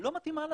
שלא מתאימה לנו.